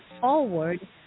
forward